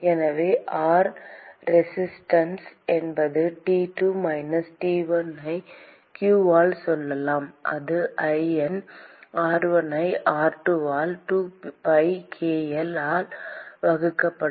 எனவே R resistance என்பது T2 minus T1 ஐ q ஆல் சொல்லலாம் அது ln r1 ஐ r2 ஆல் 2pi k L ஆல் வகுக்கப்படும்